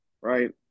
right